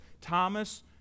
Thomas